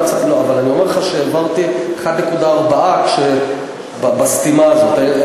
אבל אני אומר לך שהעברתי 1.4 בסתימה הזאת.